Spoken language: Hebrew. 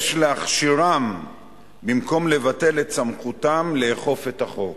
יש להכשירם בִמקום לבטל את סמכותם לאכוף את החוק.